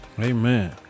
Amen